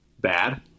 Bad